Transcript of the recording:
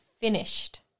finished